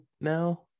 now